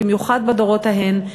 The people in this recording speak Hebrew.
במיוחד בדורות ההם,